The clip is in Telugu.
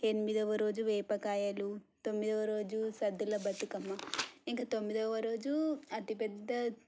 ఎనిమిదవ రోజు వేపకాయలు తొమ్మిదొవ రోజు సద్దెల బతుకమ్మ ఇంక తొమ్మిదవ రోజు అతిపెద్ద